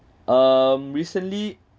um recently